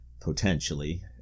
potentially